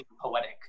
poetic